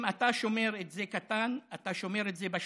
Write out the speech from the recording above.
אם אתה שומר את זה קטן, אתה שומר את זה בשליטה.